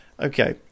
Okay